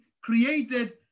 created